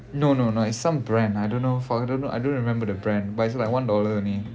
no no no it's some brand I don't know for I don't know I don't remember the brand but it like one dollar only